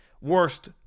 worst